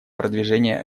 продвижения